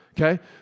Okay